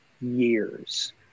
years